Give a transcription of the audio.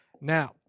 Now